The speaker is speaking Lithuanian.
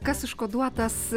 kas užkoduotas